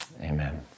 Amen